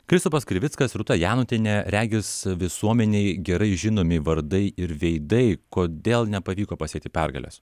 kristupas krivickas rūta janutienė regis visuomenei gerai žinomi vardai ir veidai kodėl nepavyko pasiekti pergales